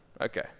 Okay